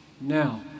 Now